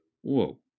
Whoa